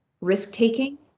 risk-taking